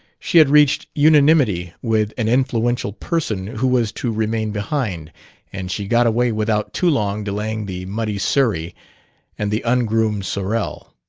she had reached unanimity with an influential person who was to remain behind and she got away without too long delaying the muddy surrey and the ungroomed sorrel.